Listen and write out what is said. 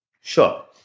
Sure